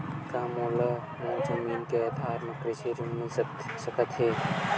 का मोला मोर जमीन के आधार म कृषि ऋण मिल सकत हे?